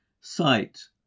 sight